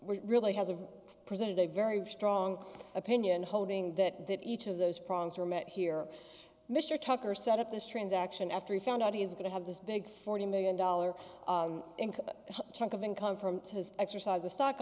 court really hasn't presented a very strong opinion holding that each of those problems were met here mr tucker set up this transaction after he found out he is going to have this big forty million dollars chunk of income from his exercise of stock